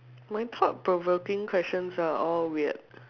my top provoking questions are all weird